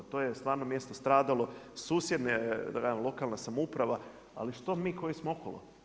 To je stvarno mjesto stradalo, susjedne, da kažem, lokalna samouprava, ali što mi koji smo okolo?